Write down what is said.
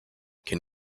can